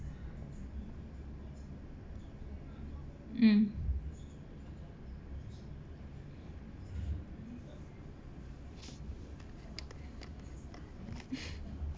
mm